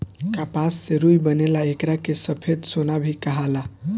कपास से रुई बनेला एकरा के सफ़ेद सोना भी कहाला